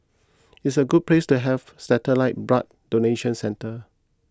it's a good place to have satellite blood donation centre